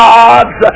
God's